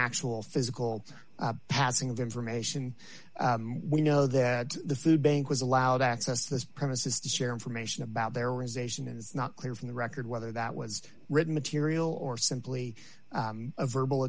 actual physical passing of information we know that the food bank was allowed access to those premises to share information about their resume and it's not clear from the record whether that was written material or simply a verbal